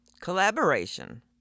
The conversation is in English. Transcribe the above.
Collaboration